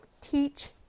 Teach